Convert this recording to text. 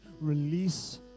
release